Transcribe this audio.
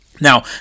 Now